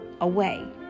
away